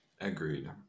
Agreed